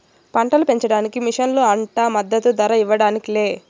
పంటలు పెంచడానికి మిషన్లు అంట మద్దదు ధర ఇవ్వడానికి లే